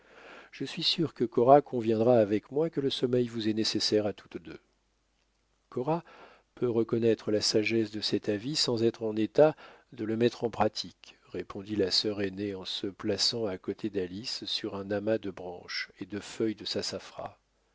je suis sûr que cora conviendra avec moi que le sommeil vous est nécessaire à toutes deux cora peut reconnaître la sagesse de cet avis sans être en état de le mettre en pratique répondit la sœur aînée en se plaçant à côté d'alice sur un amas de branches et de feuilles de sassafras